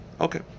Okay